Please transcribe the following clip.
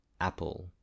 Apple